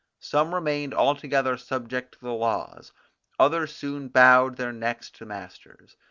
some remained altogether subject to the laws others soon bowed their necks to masters.